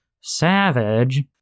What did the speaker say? savage